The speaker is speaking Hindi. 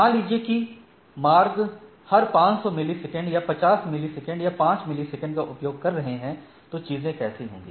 मान लीजिए कि मार्ग हर 500 मिली सेकंड या 50 मिली सेकंड या 5 मिली सेकंड का उपयोग कर रहे हैं तो चीजें कैसे होंगी